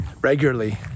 regularly